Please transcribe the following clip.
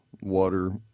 water